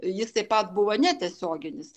jis taip pat buvo netiesioginis